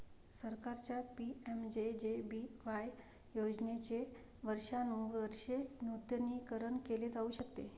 सरकारच्या पि.एम.जे.जे.बी.वाय योजनेचे वर्षानुवर्षे नूतनीकरण केले जाऊ शकते